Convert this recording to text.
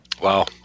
Wow